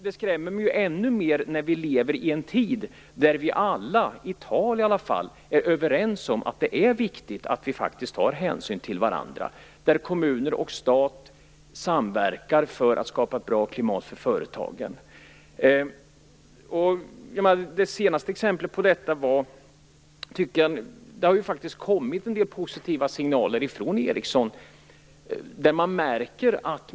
Det skrämmer mig ännu mer, eftersom vi lever i en tid då vi alla, i tal i alla fall, är överens om att det är viktigt att vi faktiskt tar hänsyn till varandra och då kommuner och stat samverkar för att skapa ett bra klimat för företagen. Det har ju faktiskt kommit en del positiva signaler från Ericsson.